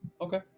Okay